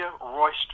Royster